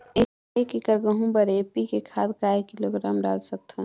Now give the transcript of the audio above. एक एकड़ गहूं बर एन.पी.के खाद काय किलोग्राम डाल सकथन?